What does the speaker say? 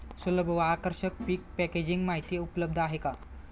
सुलभ व आकर्षक पीक पॅकेजिंग माहिती उपलब्ध आहे का?